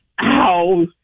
Ow